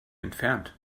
entfernt